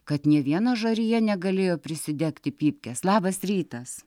kad ne viena žarija negalėjo prisidegti pypkės labas rytas